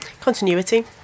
continuity